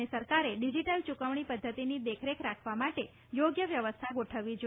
અને સરકારે ડીઝીટલ ચુકવણી પધ્ધતિની દેખરેખ રાખવા માટે યોગ્ય વ્યવસ્થા ગોઠવવી જોઇએ